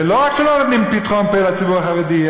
ולא רק שלא נותנים פתחון-פה לציבור החרדי,